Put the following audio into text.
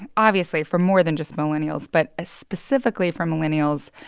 obviously, for more than just millennials but ah specifically for millennials,